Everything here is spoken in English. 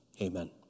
Amen